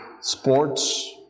sports